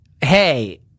Hey